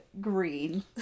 green